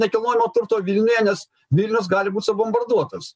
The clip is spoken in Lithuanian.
nekilnojamo turto vilniuje nes vilnius gali būt subombarduotas